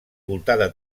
voltada